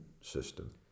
system